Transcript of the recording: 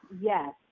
Yes